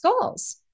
goals